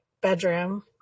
bedroom